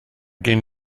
gen